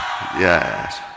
Yes